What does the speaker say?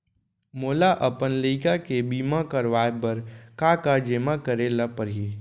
मोला अपन लइका के बीमा करवाए बर का का जेमा करे ल परही?